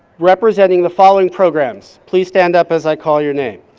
representing the following programs, please stand up as i call your name.